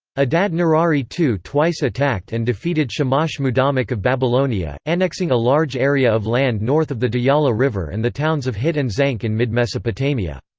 adad-nirari ii twice attacked and defeated shamash-mudammiq of babylonia, annexing a large area of land north of the diyala river and the towns of hit and zanqu in mid mesopotamia.